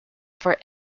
for